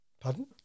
Pardon